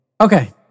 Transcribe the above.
Okay